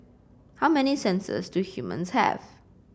how many senses do humans have